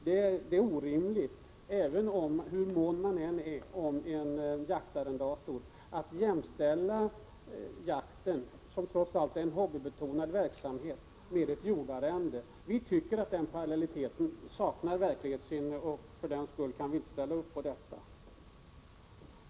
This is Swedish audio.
Det är orimligt, hur mån man än är om jaktarrendatorer, att jämställa jakten, som trots allt är en hobbybetonad verksamhet, med ett jordarrende. Vi tycker att den parallelliteten saknar verklighetsanknytning, och för den skull kan vi inte ställa oss bakom det.